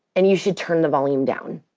and you should turn the volume down